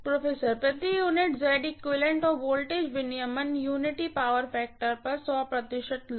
professor प्रति unit और voltage regulation unity power factor पर प्रतिशत लोड पर